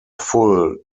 full